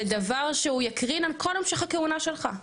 דבר שהוא יקרין על כל המשך הכהונה שלך,